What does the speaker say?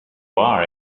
are